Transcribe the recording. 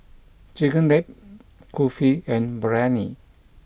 Chigenabe Kulfi and Biryani